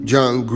John